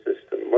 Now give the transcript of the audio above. system